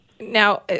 Now